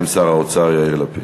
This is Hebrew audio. נסים זאב, דב ליפמן,